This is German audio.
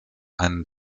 einen